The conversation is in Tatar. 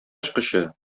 ачкычы